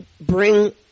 bring